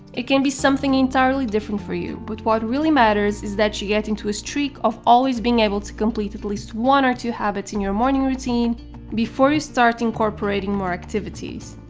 it can be something entirely different for you but what really matters is that you get into a streak of always being able to complete at least one or two habits in your morning routine before you start incorporating more activities.